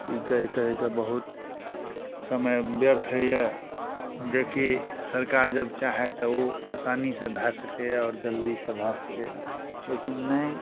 ई कहि कहि कऽ बहुत समय ब्यर्थ होइए जेकि सरकार जब चाहए तब ओ आसानीसँ भए सकैए आओर जल्दीसँ भए सकैए लेकिन नहि